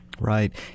Right